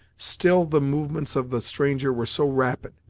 still the movements of the stranger were so rapid,